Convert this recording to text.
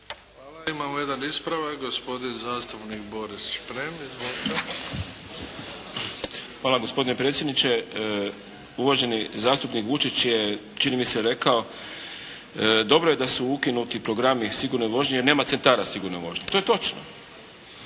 Hvala. Imamo jedan ispravak, gospodin zastupnik Boris Šprem. Izvolite. **Šprem, Boris (SDP)** Hvala gospodine predsjedniče. Uvaženi zastupnik Vučić je čini mi se rekao dobro je da su ukinuti programi u sigurnoj vožnji jer nema centara o sigurnoj vožnji. To je točno.